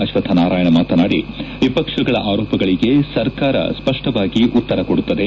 ಅಶ್ವಥ್ ನಾರಾಯಣ್ ಮಾತನಾಡಿ ವಿಪಕ್ಷಗಳ ಆರೋಪಗಳಿಗೆ ಸರ್ಕಾರ ಸ್ವಪ್ಪವಾಗಿ ಉತ್ತರ ಕೊಡುತ್ತದೆ